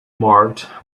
marked